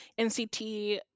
NCT